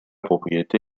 propriété